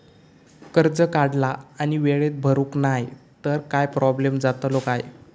कर्ज काढला आणि वेळेत भरुक नाय तर काय प्रोब्लेम जातलो काय?